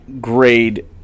grade